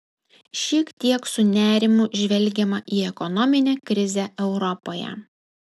šiek tiek su nerimu žvelgiama į ekonominę krizę europoje